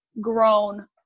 grown